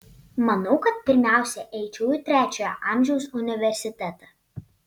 manau kad pirmiausia eičiau į trečiojo amžiaus universitetą